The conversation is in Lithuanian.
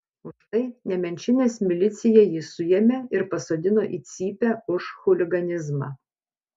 už tai nemenčinės milicija jį suėmė ir pasodino į cypę už chuliganizmą